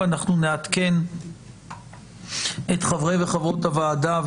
ואנחנו נעדכן את חברי וחברות הוועדה,